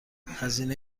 هزینه